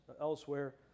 elsewhere